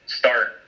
start